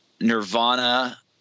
Nirvana